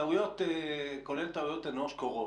טעויות, כולל טעויות אנוש, קורות.